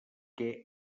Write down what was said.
què